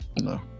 No